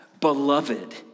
beloved